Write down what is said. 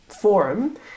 forum